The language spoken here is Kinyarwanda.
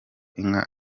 inka